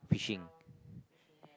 fishing